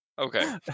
okay